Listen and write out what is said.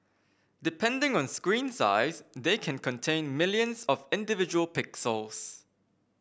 depending on screen size they can contain millions of individual pixels